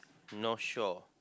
not sure